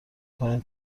کنین